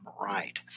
right